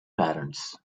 parents